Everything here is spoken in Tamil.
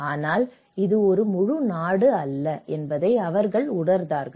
ஆனால் இது முழு நாடும் அல்ல என்பதை அவர்கள் உணர்ந்தார்கள்